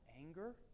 anger